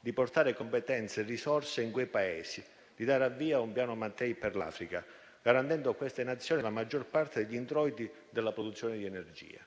di portare competenze e risorse in quei Paesi, di dare avvio a un piano Mattei per l'Africa, garantendo a quelle Nazioni la maggior parte degli introiti della produzione di energia;